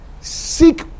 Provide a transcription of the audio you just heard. seek